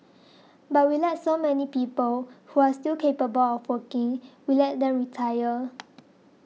but we let so many people who are still capable of working we let them retire